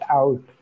out